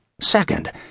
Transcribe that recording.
Second